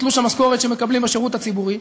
תלוש המשכורת שמקבלים בשירות הציבורי.